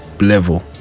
level